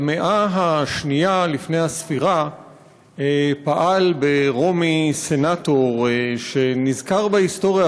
במאה השנייה לפני הספירה פעל ברומי סנטור שנזכר בהיסטוריה,